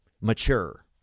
mature